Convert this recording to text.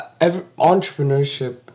entrepreneurship